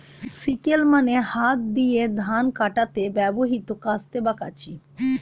sickle মানে হাত দিয়ে ধান কাটতে ব্যবহৃত কাস্তে বা কাঁচি